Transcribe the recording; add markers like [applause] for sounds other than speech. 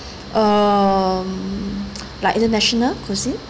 um [noise] like international cuisine